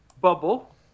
Bubble